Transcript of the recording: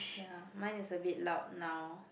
ya mine is a bit loud now